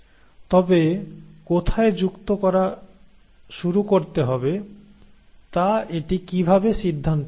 তবে কোথায় যুক্ত করা শুরু করতে হবে তা এটি কিভাবে সিদ্ধান্ত নেবে